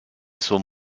son